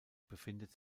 befindet